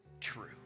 true